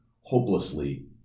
hopelessly